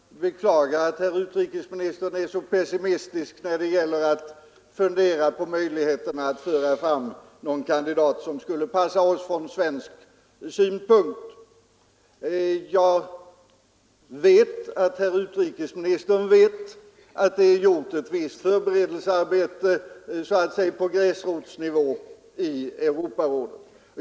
Herr talman! Jag beklagar att utrikesministern är så pessimistisk när det gäller att fundera över möjligheterna att få fram någon kandidat som skulle passa oss från svensk synpunkt. Jag vet att herr utrikesministern känner till att det gjorts ett visst förberedelsearbete på ”gräsrotsnivå” inom Europarådet.